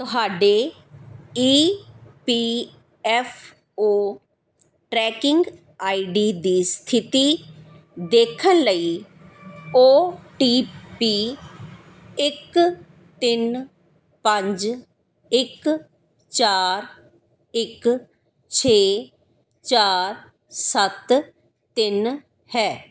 ਤੁਹਾਡੇ E P F O tracking I D ਦੀ ਸਥਿਤੀ ਦੇਖਣ ਲਈ ਓ ਟੀ ਪੀ ਇੱਕ ਤਿੰਨ ਪੰਜ ਇੱਕ ਚਾਰ ਇੱਕ ਛੇ ਚਾਰ ਸੱਤ ਤਿੰਨ ਹੈ